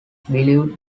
believed